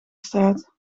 straat